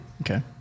Okay